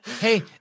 Hey